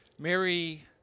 Mary